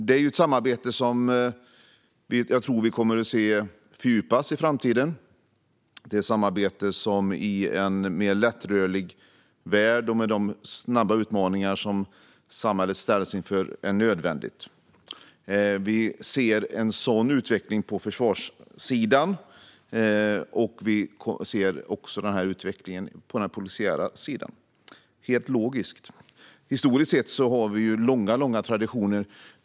Det är ett samarbete som jag tror att vi kommer att se fördjupas i framtiden, ett samarbete som i en mer lättrörlig värld med de snabba utmaningar som samhället ställs inför är nödvändigt. Vi ser en sådan utveckling på försvarssidan. Vi ser den också på den polisiära sidan. Det är helt logiskt. Historiskt sett har vi ju långa traditioner.